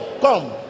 come